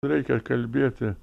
reikia kalbėti